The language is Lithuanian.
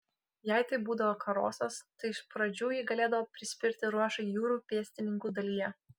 jei tai būdavo karosas tai iš pradžių jį galėdavo prispirti ruošai jūrų pėstininkų dalyje